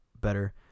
better